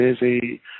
busy